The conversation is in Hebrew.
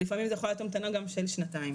לפעמים זה יכול להיות גם המתנה של שנתיים.